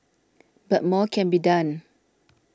but more can be done